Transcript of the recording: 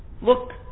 Look